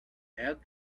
add